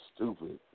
Stupid